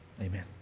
Amen